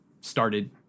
started